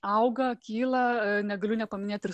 auga kyla negaliu nepaminėt ir